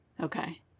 Okay